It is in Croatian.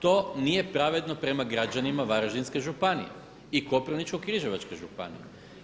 To nije pravedno prema građanima Varaždinske županije i Koprivničko-križevačke županije.